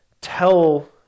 tell